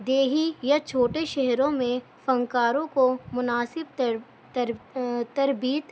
دیہی یا چھوٹے شہروں میں فنکاروں کو مناسب تربیت